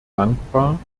dankbar